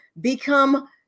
become